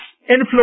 influence